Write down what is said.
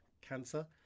cancer